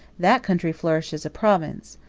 that country flourished as a province,